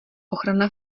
ochrana